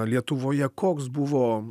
lietuvoje koks buvo